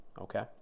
Okay